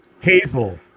Hazel